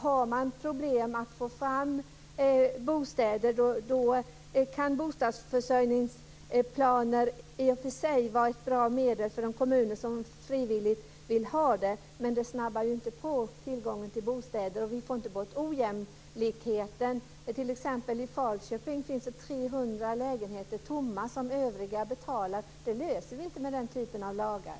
Om man har problem med att få fram bostäder kan bostadsförsörjningsplaner i och för sig vara ett bra medel för de kommuner som frivilligt vill ha sådana, men det ökar ju inte tillgången till bostäder, och vi får inte bort ojämlikheter. I Falköping finns det t.ex. 300 tomma lägenheter som övriga betalar. Det löser vi inte med den här typen av lagar.